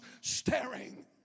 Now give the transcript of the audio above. staring